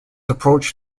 approach